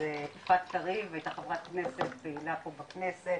אז יפעת קריב הייתה חברת כנסת פעילה פה בכנסת